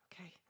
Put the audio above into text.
Okay